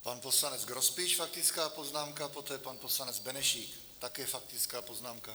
Pan poslanec Grospič, faktická poznámka, poté pan poslanec Benešík, také faktická poznámka.